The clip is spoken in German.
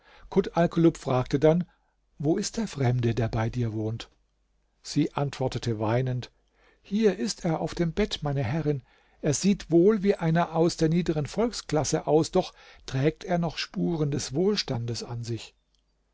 fragte dann wo ist der fremde der bei dir wohnt sie antwortete weinend hier ist er auf dem bett meine herrin er sieht wohl wie einer aus der niederen volksklasse aus doch trägt er noch spuren des wohlstandes an sich